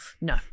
No